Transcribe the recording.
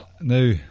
now